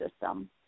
system